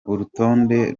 urutonde